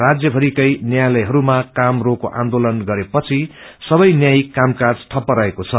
राजयमरिको न्सयालयहरूमा काम रोको आन्दोलन गरेपछि सवै न्यायिक कामकाज ठप्प रहेको छ